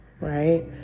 right